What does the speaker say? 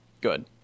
Good